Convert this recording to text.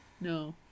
no